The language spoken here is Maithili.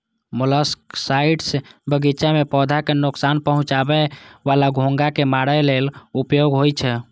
मोलस्कसाइड्स बगीचा मे पौधा कें नोकसान पहुंचाबै बला घोंघा कें मारै लेल उपयोग होइ छै